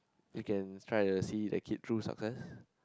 you can try to see the kid through success